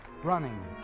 running